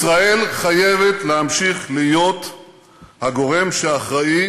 ישראל חייבת להמשיך להיות הגורם שאחראי